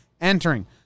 entering